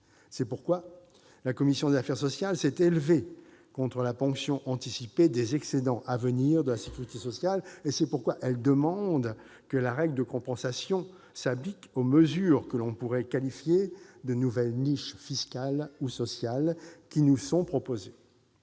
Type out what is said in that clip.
C'est pourquoi la commission des affaires sociales s'est élevée contre la ponction anticipée des excédents à venir de la sécurité sociale et c'est pourquoi elle demande que la règle de compensation s'applique aux mesures que l'on pourrait qualifier de nouvelles niches fiscales et sociales qui nous sont proposées.